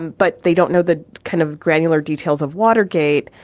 but they don't know the kind of granular details of watergate.